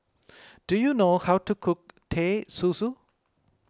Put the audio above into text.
do you know how to cook Teh Susu